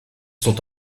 sont